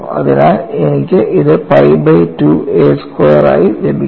അതിനാൽ എനിക്ക് ഇത് പൈ ബൈ 2 a സ്ക്വയർ ആയി ലഭിക്കും